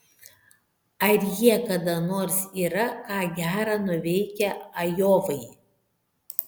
ar jie kada nors yra ką gera nuveikę ajovai